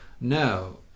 no